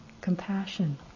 compassion